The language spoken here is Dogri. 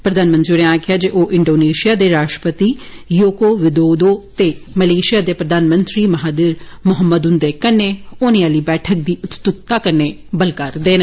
प्रधानमंत्री होरें आक्खेआ जे ओ इन्डोनेशिया दे राष्ट्रपति जोको विदोदो ते मलेशिया दे प्रधानमंत्री महादिर मोहम्मद हुन्दे कन्नै होने आली बैठक दी उत्सुक्ता कन्नै बलगा रदे न